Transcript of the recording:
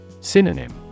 Synonym